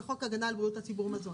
ב"חוק הגנה על בריאות הציבור מזון".